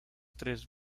tres